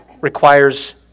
requires